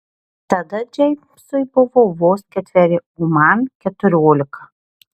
tada džeimsui buvo vos ketveri o man keturiolika